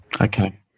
Okay